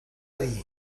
dir